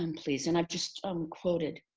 um please. and i've just um quoted.